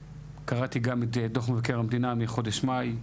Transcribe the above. קראתי גם את דוח מבקר המדינה מחודש מאי.